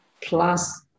plus